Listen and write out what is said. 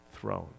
throne